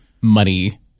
money